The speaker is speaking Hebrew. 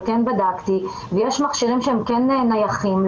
אבל כן בדקתי ויש מכשירים שהם כן נייחים,